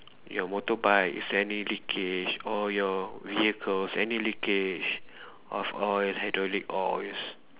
your motorbike is any leakage or your vehicles any leakage of oil hydraulic oils